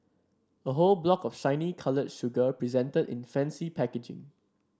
a whole block of shiny coloured sugar presented in fancy packaging